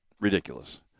ridiculous